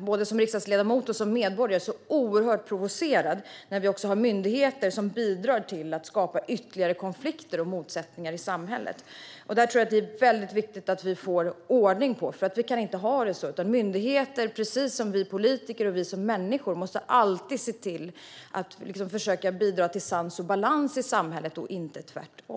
Både som riksdagsledamot och som medborgare blir man oerhört provocerad när vi också har myndigheter som bidrar till att skapa ytterligare konflikter och motsättningar i samhället. Detta tror jag att det är väldigt viktigt att vi får ordning på, för vi kan inte ha det så. Myndigheter måste, precis som vi som politiker och människor, alltid försöka bidra till sans och balans i samhället - inte tvärtom.